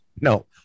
No